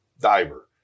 diver